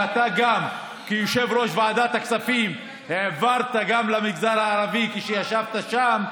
ואתה גם כיושב-ראש ועדת הכספים העברת גם למגזר הערבי כשישבת שם,